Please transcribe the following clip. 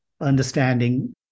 understanding